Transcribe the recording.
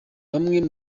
bamwe